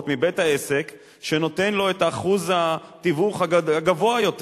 מבית-העסק שנותן לו את אחוז התיווך הגבוה יותר.